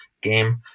game